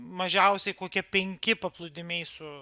mažiausiai kokie penki paplūdimiai su